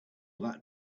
that